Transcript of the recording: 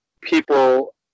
people